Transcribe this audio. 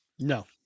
no